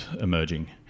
emerging